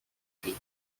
figure